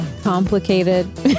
complicated